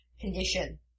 condition